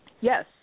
Yes